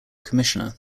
commissioner